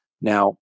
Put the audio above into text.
Now